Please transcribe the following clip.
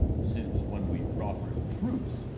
since, when we proffered truce,